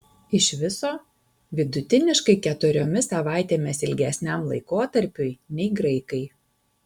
iš viso vidutiniškai keturiomis savaitėmis ilgesniam laikotarpiui nei graikai